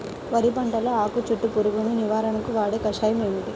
వరి పంటలో ఆకు చుట్టూ పురుగును నివారణకు వాడే కషాయం ఏమిటి?